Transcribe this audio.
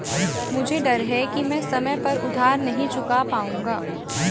मुझे डर है कि मैं समय पर उधार नहीं चुका पाऊंगा